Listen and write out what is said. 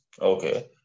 Okay